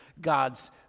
God's